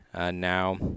now